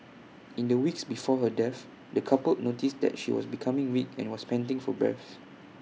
in the weeks before her death the couple noticed that she was becoming weak and was panting for breath